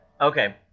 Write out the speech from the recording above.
Okay